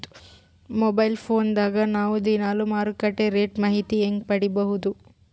Mobile phone ದಾಗ ನಾವು ದಿನಾಲು ಮಾರುಕಟ್ಟೆ ರೇಟ್ ಮಾಹಿತಿ ಹೆಂಗ ಪಡಿಬಹುದು?